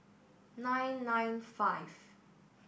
nine nine five